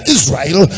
Israel